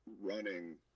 running